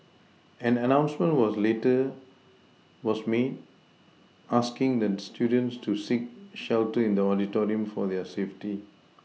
an announcement was later was made asking the students to seek shelter in the auditorium for their safety